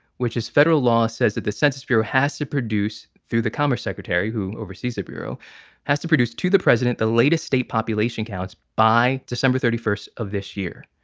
which is federal law, says that the census bureau has to produce through. the commerce secretary who oversees the bureau has to produce to the president the latest state population counts by december thirty first of this year.